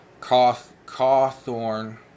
Cawthorn